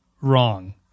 wrong